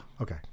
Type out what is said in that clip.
Okay